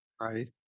Right